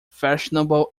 fashionable